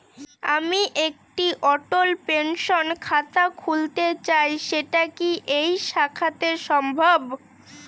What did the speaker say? আমি একটি অটল পেনশন খাতা খুলতে চাই সেটা কি এই শাখাতে সম্ভব?